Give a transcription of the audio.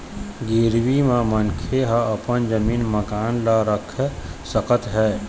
गिरवी म मनखे ह अपन जमीन, मकान ल रख सकत हे